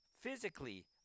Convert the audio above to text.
physically